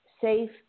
safe